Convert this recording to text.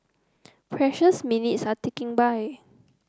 precious minutes are ticking by